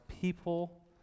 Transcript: people